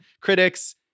critics